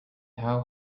how